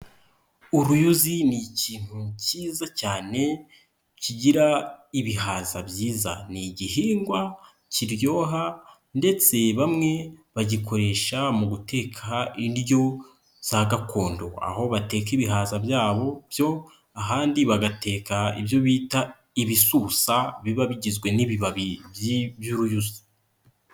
Uruyuzi ni ikintu cyiza cyane kigira ibihaza byiza, ni igihingwa kiryoha ndetse bamwe bagikoresha mu guteka indyo za gakondo, aho bateka ibihaza byabo byo ahandi bagateka ibyo bita ibisusa biba bigizwe n'ibibabi by'uruyuzi.